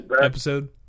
episode